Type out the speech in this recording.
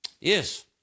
Yes